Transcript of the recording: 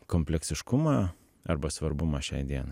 kompleksiškumą arba svarbumą šiai dienai